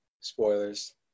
Spoilers